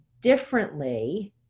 differently